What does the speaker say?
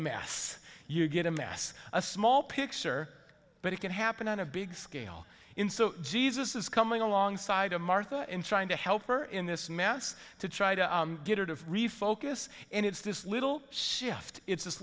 mass you get a mess a small picture but it can happen on a big scale in so jesus is coming along side of martha in trying to help her in this mess to try to get her to refocus and it's this little shift it's this